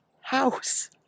house